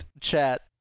chat